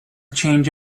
change